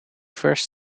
first